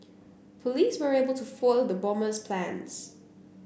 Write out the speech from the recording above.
police were able to foil the bomber's plans